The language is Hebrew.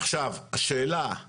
עכשיו, השאלה היא